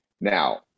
Now